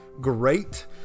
great